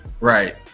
right